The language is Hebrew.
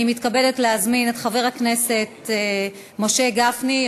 אני מתכבדת להזמין את חבר הכנסת משה גפני,